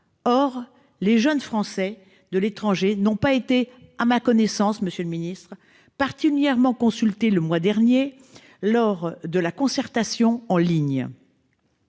Or les jeunes Français de l'étranger n'ont pas été, à ma connaissance, monsieur le ministre, particulièrement consultés le mois dernier, lors de la concertation en ligne.